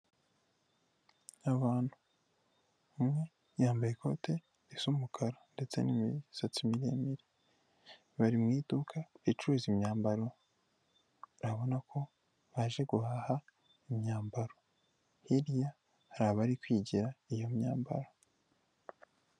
Abantu, umwe yambaye ikote rizumukara ndetse n'imisatsi miremire bari mu idukacuruuruza imyambaro urabona ko baje guhaha imyambaro hiya hari abari kwigira iyo myambaro.